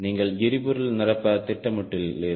நீங்கள் எரிபொருள் நிரப்ப திட்டமிட்டுள்ளீர்கள்